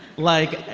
like,